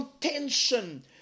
contention